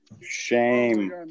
Shame